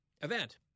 event